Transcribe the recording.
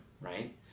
right